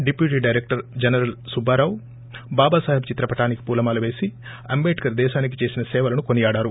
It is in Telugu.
deputy director general Subbarao Babasaheb చిత్రపటానికి పూలమాల వేసి అంటేద్కర్ దేశానికి చేసిన సేవలను కొనియాడారు